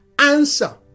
answer